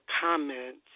comments